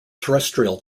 terrestrial